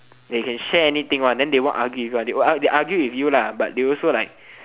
they can share anything then they won't argue with you one they will argue with you but they also like